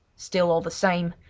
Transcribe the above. still all the same!